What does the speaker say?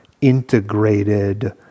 integrated